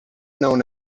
known